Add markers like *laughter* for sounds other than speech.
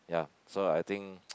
ya so I think *noise*